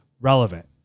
relevant